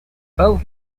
both